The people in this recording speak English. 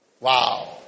Wow